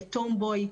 כטום בוי,